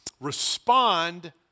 respond